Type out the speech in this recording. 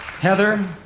Heather